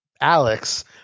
Alex